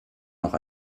noch